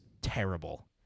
terrible